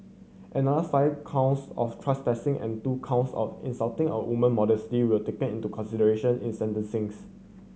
another five counts of trespassing and two counts of insulting a woman modesty were taken into consideration in sentencings